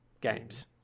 games